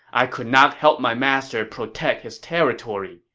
i could not help my master protect his territory,